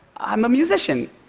i'm a musician.